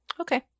Okay